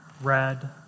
red